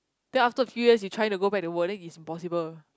then after a few years you try to go back to wording is impossible